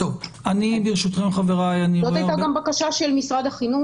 זו הייתה גם בקשה של משרד החינוך.